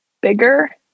bigger